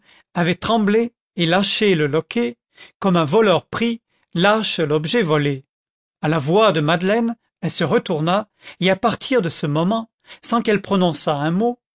avait tremblé et lâché le loquet comme un voleur pris lâche l'objet volé à la voix de madeleine elle se retourna et à partir de ce moment sans qu'elle prononçât un mot